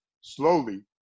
slowly